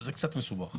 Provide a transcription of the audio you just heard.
זה קצת מסובך.